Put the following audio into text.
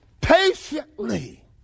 patiently